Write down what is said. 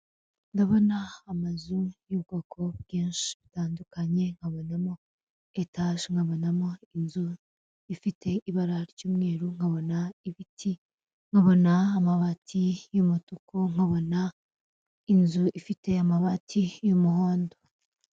Ndabona amazu y'ubwoko bwinshi butandukanye, nkabonamo etage, nkabonamo inzu ifite ibara ry'umweru, nkabona ibiti nkabona amabati y'umutuku, nkabona inzu ifite amabati y'umuhondo.